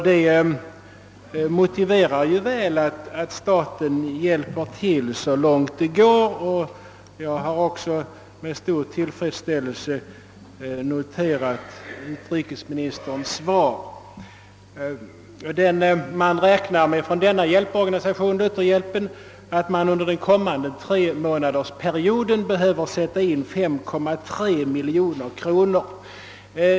Detta motiverar väl att staten hjälper till så långt det går, och jag har även med stor tillfredsställelse noterat utrikesministerns svar. Lutherhjälpen räknar med att under den kommande tremånadersperioden behöva sätta in 5,3 miljoner kronor.